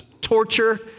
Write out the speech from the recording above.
torture